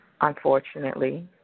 unfortunately